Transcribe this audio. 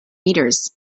meters